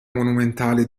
monumentale